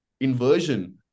Inversion